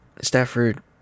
stafford